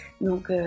donc